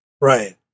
Right